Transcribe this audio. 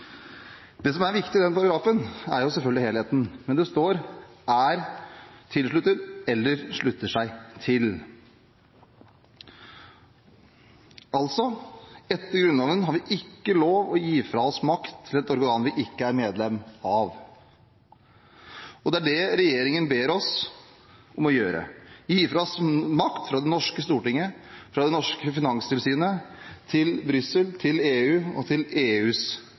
Det som er viktig i den paragrafen, er selvfølgelig helheten. Men det står: « er tilsluttet eller slutter seg til». Altså: Etter Grunnloven har vi ikke lov å gi fra oss makt til et organ vi ikke er medlem av. Det er det regjeringen ber oss om å gjøre – gi fra oss makt fra det norske stortinget og fra det norske finanstilsynet til Brüssel, til EU og til EUs